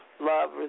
Love